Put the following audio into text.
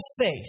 faith